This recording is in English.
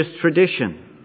tradition